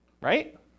right